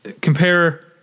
Compare